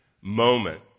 moment